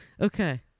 okay